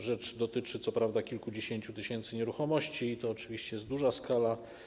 Rzecz dotyczy co prawda kilkudziesięciu tysięcy nieruchomości i to oczywiście jest duża skala.